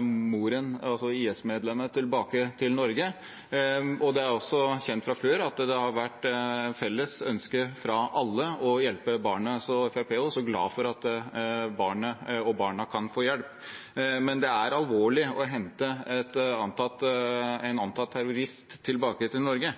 moren, altså IS-medlemmet, tilbake til Norge, og det er også kjent fra før at det har vært et felles ønske hos alle å hjelpe barnet. Så Fremskrittspartiet er også glad for at barna kan få hjelp. Men det er alvorlig å hente en antatt terrorist tilbake til Norge.